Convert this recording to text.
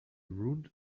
ruined